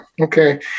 okay